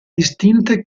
distinte